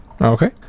Okay